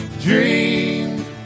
dream